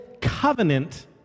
Covenant